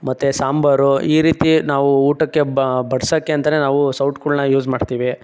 ಮತ್ತೆ ಸಾಂಬಾರು ಈ ರೀತಿ ನಾವು ಊಟಕ್ಕೆ ಬಡಿಸೋಕ್ಕೆ ಅಂತನೇ ನಾವು ಸೌಟ್ಗಳನ್ನ ಯೂಸ್ ಮಾಡ್ತೀವಿ